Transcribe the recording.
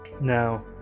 Now